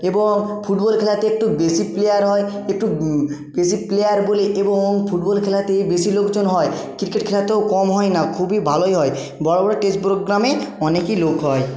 এবং ফুটবল খেলাতে একটু বেশি প্লেয়ার হয় একটু বেশি প্লেয়ার বলে এবং ফুটবল খেলাতে বেশি লোকজন হয় ক্রিকেট খেলাতেও কম হয় না খুবই ভালোই হয় বড়ো বড়ো স্টেজ প্রোগ্রামে অনেকই লোক হয়